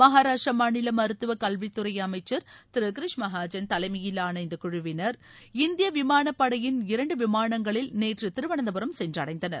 மகாராஷ்டிர மாநில மருத்துவக் கல்வித்துறை அமைச்சர் திரு கிரிஷ் மகாஜன் தலைமயிலான இந்த குழுவினர் இந்திய விமானப்படையின் இரண்டு விமானங்களில் நேற்று திருவனந்தபுரம் சென்றடைந்தனர்